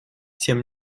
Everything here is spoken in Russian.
тем